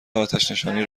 آتشنشانی